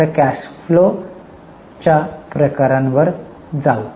आता cash flow च्या प्रकारांवर जाऊ